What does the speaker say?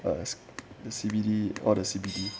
as the C_B_D or the C_B_D